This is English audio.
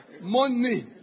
Money